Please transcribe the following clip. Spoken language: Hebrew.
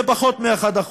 זה פחות מ-1%,